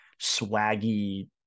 swaggy